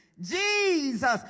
Jesus